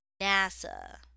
NASA